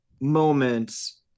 moments